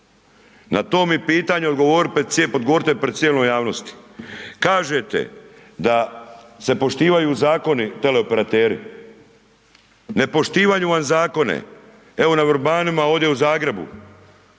Na to mi pitanje odgovorite pred cijelom javnosti. Kažete da se poštivaju zakoni teleoperateri. Ne poštivaju vam zakone. Evo, na Vrbanima ovdje u Zagrebu.